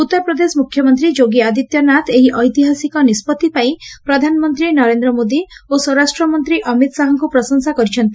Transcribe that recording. ଉଉରପ୍ରଦେଶ ମୁଖ୍ୟମନ୍ତୀ ଯୋଗୀ ଆଦିତ୍ୟନାଥ ଏହି ଐତିହାସିକ ନିଷ୍ବଭି ପାଇଁ ପ୍ରଧାନମନ୍ତୀ ନରେନ୍ଦ ମୋଦୀ ଓ ସ୍ୱରାଷ୍ଟମନ୍ତୀ ଅମିତ ଶାହାଙ୍କୁ ପ୍ରଶଂସା କରିଛନ୍ତି